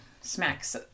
smacks